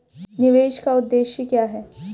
निवेश का उद्देश्य क्या है?